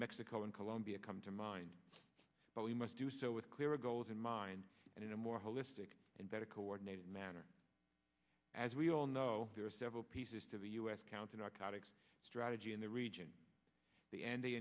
mexico and colombia come to mind but we must do so with clear goals in mind and in a more holistic and better coordinated manner as we all know there are several pieces to the u s counter narcotics strategy in the region the and the